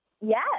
Yes